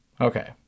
Okay